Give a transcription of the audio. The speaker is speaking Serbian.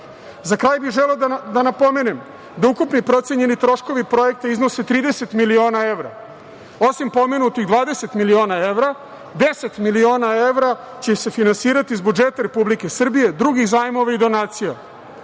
kraj bih želeo da napomenem da ukupni procenjeni troškovi projekta iznose 30 miliona evra. Osim pomenutih 20 miliona evra, 10 miliona evra će se finansirati iz budžeta Republike Srbije, drugih zajmova i donacija.